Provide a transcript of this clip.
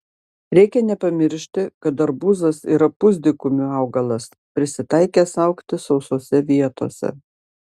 reikia nepamiršti kad arbūzas yra pusdykumių augalas prisitaikęs augti sausose vietose